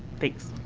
thanks.